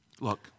Look